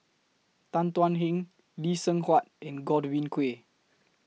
Tan Thuan Heng Lee Seng Huat and Godwin Koay